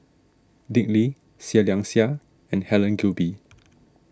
Dick Lee Seah Liang Seah and Helen Gilbey